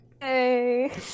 Hey